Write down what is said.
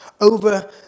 over